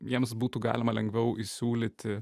jiems būtų galima lengviau įsiūlyti